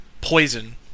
poison